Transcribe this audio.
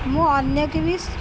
ମୁଁ ଅନ୍ୟକୁ ବିି